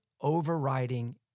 overriding